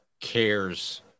cares